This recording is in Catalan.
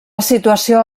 situació